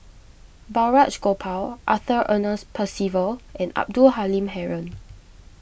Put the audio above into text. Balraj Gopal Arthur Ernest Percival and Abdul Halim Haron